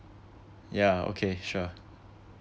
yeah okay sure